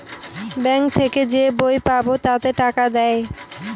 bank থেকে যে বই পাবো তাতে টাকা দেয়